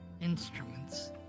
instruments